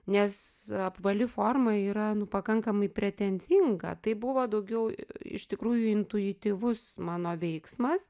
nes apvali forma yra pakankamai nu pretenzinga tai buvo daugiau iš tikrųjų intuityvus mano veiksmas